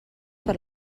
per